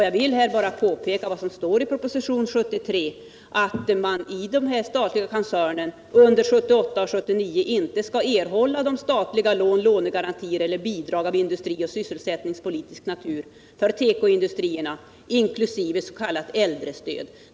Jag vill bara påpeka vad som står i propositionen 73, att man i den statliga koncernen under 1978 och 1979 inte skall erhålla statliga lån, lånegarantier eller bidrag av industrioch sysselsättningspolitisk natur för tekoindustrierna inkl. s.k. äldre stöd.